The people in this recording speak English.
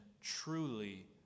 truly